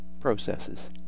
processes